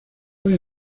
hoy